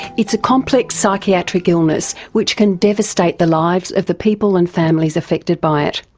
it's a complex psychiatric illness which can devastate the lives of the people and families affected by it.